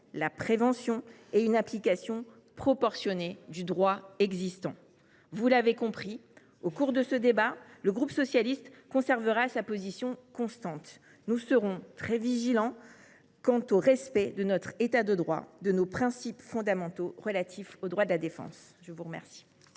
la prévention et une application proportionnée du droit existant. Vous l’aurez compris, au cours de ce débat, le groupe socialiste conservera sa position constante : nous serons très vigilants quant au respect de notre État de droit et de nos principes fondamentaux relatifs aux droits de la défense. La parole